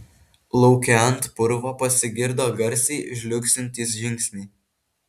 lauke ant purvo pasigirdo garsiai žliugsintys žingsniai